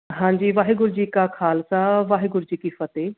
ਹਾਂਜੀ ਵਾਹਿਗੁਰੂ ਜੀ ਕਾ ਖਾਲਸਾ ਵਾਹਿਗੁਰੂ ਜੀ ਕੀ ਫਤਿਹ